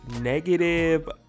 negative